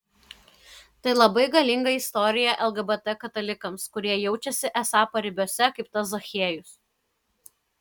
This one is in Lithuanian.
tai labai galinga istorija lgbt katalikams kurie jaučiasi esą paribiuose kaip tas zachiejus